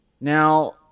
Now